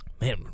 man